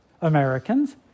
Americans